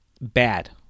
Bad